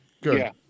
Good